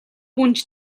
гүнж